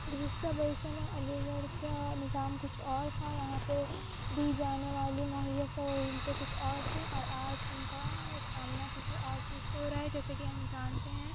گُذشتہ برسوں میں علی گڑھ کا نظام کچھ اور تھا یہاں پہ دی جانے مہیّا ضرورتیں کچھ اور تھیں اور آج اُن کا سامنا کسی اور چیز سے ہو رہا ہے جیسے کہ ہم جانتے ہیں